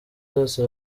zose